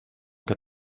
cent